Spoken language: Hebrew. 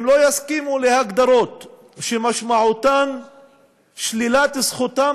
הם לא יסכימו להגדרות שמשמעותן שלילת זכותם,